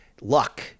luck